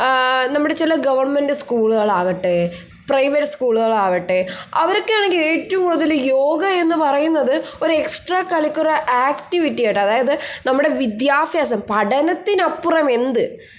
നമ്മുടെ ചില ഗവൺമെൻറ്റ് സ്കൂളുകളാകട്ടെ പ്രൈവറ്റ് സ്കൂളുകളാകട്ടെ അവർക്ക് ആണെങ്കിൽ ഏറ്റവും കൂടുതൽ യോഗ എന്ന് പറയുന്നത് ഒരു എക്സ്ട്രാ കരിക്കുലർ ആക്ടിവിറ്റി ആയിട്ട് അതായത് നമ്മുടെ വിദ്യാഭ്യാസം പഠനത്തിനപ്പുറം എന്ത്